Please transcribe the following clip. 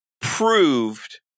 proved